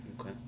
Okay